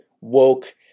woke